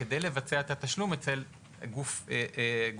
כדי לבצע את התשלום אצל גוף אחר.